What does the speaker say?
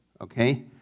Okay